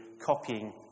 copying